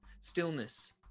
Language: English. Stillness